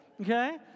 Okay